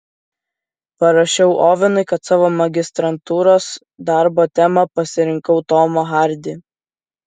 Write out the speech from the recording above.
parašiau ovenui kad savo magistrantūros darbo tema pasirinkau tomą hardį